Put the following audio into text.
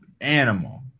animal